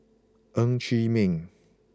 Ng Chee Meng